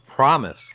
Promise